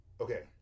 Okay